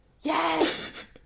Yes